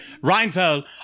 Reinfeld